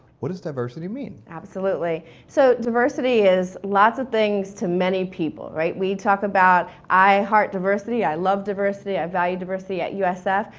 what does diversity mean? absolutely. so, diversity is lots of things to many people, right? we talk about i heart diversity, i love diversity, i value diversity at usf.